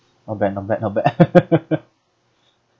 not bad not bad not bad